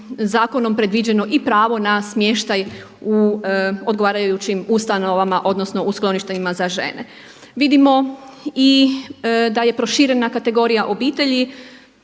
zakonom predviđeno i pravo na smještaj u odgovarajućim ustanovama odnosno u skloništima za žene. Vidimo i da je proširena kategorija obitelji,